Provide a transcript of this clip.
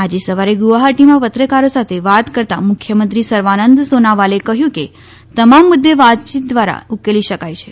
આજે સવારે ગુવાહાટીમાં પત્રકારો સાથે વાત કરતા મુખ્યમંત્રી સર્વાનંદ સોનોવાલે કહ્યું કે તમામ મુદ્દે વાતયીત દ્વારા ઉકેલી શકાય છે